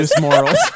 morals